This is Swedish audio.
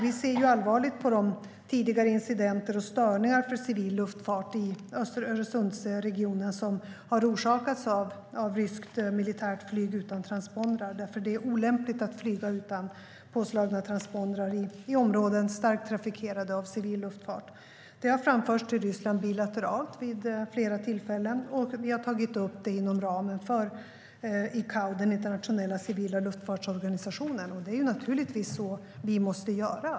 Vi ser allvarligt på de tidigare incidenter och störningar för civil luftfart i Öresundsregionen som har orsakats av ryskt militärflyg utan transpondrar, därför att det är olämpligt att flyga utan påslagna transpondrar i områden som är starkt trafikerade av civil luftfart. Det har framförts till Ryssland bilateralt vid flera tillfällen, och vi har tagit upp det inom ramen för ICAO, den internationella civila luftfartsorganisationen. Det är naturligtvis så vi måste göra.